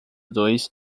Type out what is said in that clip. dois